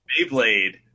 Beyblade